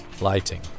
Lighting